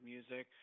Music